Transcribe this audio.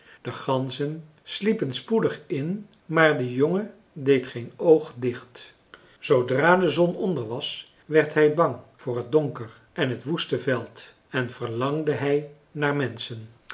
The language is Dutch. de ganzen sliepen spoedig in maar de jongen deed geen oog dicht zoodra de zon onder was werd hij bang voor het donker en t woeste veld en verlangde hij naar menschen